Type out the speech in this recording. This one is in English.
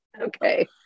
okay